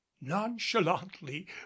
nonchalantly